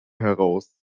heraus